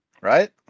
Right